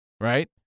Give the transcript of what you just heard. right